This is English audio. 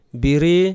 biri